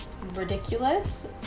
Ridiculous